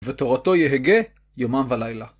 ותורתו יהגה יומם ולילה.